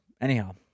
Anyhow